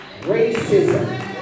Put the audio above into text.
racism